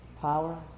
power